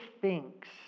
thinks